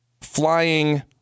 flying